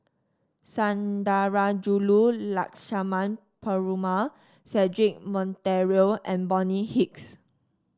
Sundarajulu Lakshmana Perumal Cedric Monteiro and Bonny Hicks